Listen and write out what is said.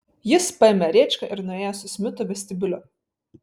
jis paėmė rėčką ir nuėjo su smitu vestibiuliu